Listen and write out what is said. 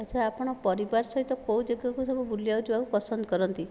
ଆଚ୍ଛା ଆପଣ ପରିବାର ସହିତ କେଉଁ ଜାଗାକୁ ସବୁ ବୁଲିବାକୁ ଯିବାକୁ ପସନ୍ଦ କରନ୍ତି